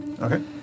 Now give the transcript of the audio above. Okay